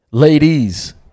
Ladies